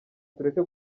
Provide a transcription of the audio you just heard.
tureke